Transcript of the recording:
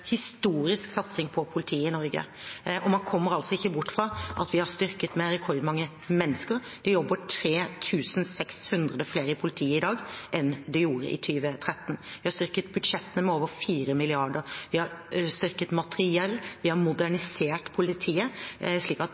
historisk satsing på politiet i Norge. Man kommer ikke bort fra at det er styrket med rekordmange mennesker. Det jobber 3 600 flere i politiet i dag enn det gjorde i 2013. Vi har styrket budsjettene med over 4 mrd. kr. Vi har styrket materiell, vi har modernisert politiet, slik at